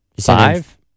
five